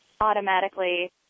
automatically